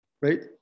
right